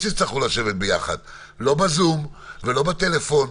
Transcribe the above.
לא בזום ולא בטלפון.